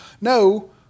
no